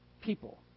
people